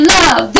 love